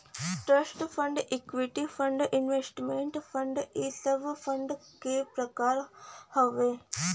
trust fund equity fund investment fund इ सब fund क प्रकार हउवन